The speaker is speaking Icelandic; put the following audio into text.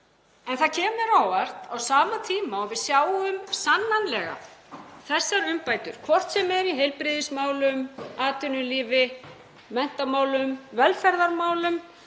aðgerða þörf. Á sama tíma og við sjáum sannarlega þessar umbætur, hvort sem er í heilbrigðismálum, atvinnulífi, menntamálum, velferðarmálum,